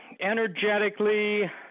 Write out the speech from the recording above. Energetically